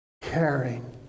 Caring